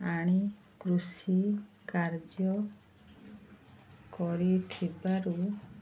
ଆଣି କୃଷି କାର୍ଯ୍ୟ କରିଥିବାରୁ